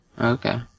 Okay